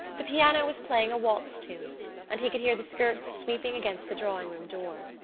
the piano was playing a waltz tune and he could hear the skirts sweeping against the drawing-room door.